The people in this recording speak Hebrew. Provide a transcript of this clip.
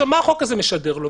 אז מה החוק הזה משדר לו?